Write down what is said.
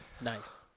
Nice